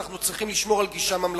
אנחנו צריכים לשמור על גישה ממלכתית.